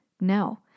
No